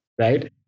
Right